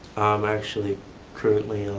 i'm actually currently